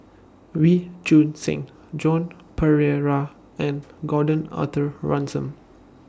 Wee Choon Seng Joan Pereira and Gordon Arthur Ransome